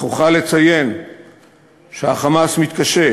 אך אוכל לציין שה"חמאס" מתקשה,